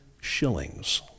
shillings